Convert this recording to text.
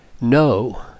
no